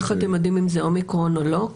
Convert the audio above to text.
איך אתם יודעים אם זה אומיקרון או לא?